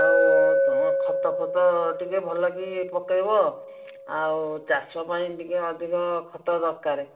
ଆଉ ଖତଫତ ଟିକେ ଭଲକି ପକେଇବ ଆଉ ଚାଷ ପାଇଁ ଟିକେ ଅଧିକ ଖତ ଦରକାର